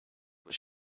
was